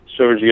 Sergio